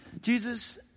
Jesus